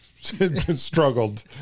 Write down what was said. struggled